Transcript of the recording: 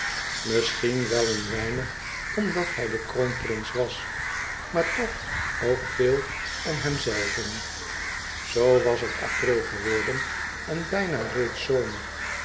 misschien wel een weinig omdat hij de kroonprins was maar toch ook veel om hemzelven zoo was het april geworden en bijna reeds zomer